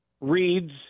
reads